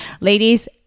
Ladies